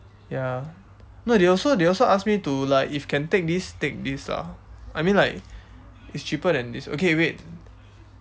ya no they also they also ask me to like if can take this take this lah I mean like it's cheaper than this okay wait